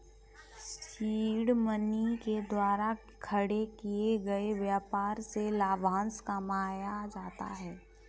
seed money के द्वारा खड़े किए गए व्यापार से लाभांश कमाया जाता है